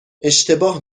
اشتباه